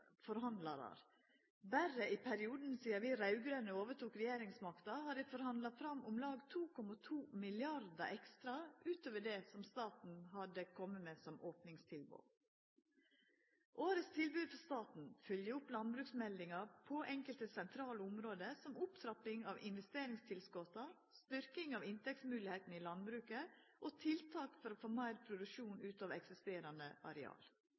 Berre i perioden sidan vi raud-grøne overtok regjeringsmakta, har dei forhandla fram om lag 2,2 mrd. kr utover det staten hadde komme med som opningstilbod. Årets tilbod frå staten følgjer opp landbruksmeldinga på enkelte sentrale område som opptrapping av investeringstilskota, styrking av inntektsmoglegheitene i landbruket og tiltak for å få meir produksjon ut av eksisterande areal.